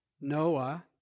Noah